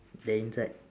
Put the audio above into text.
the inside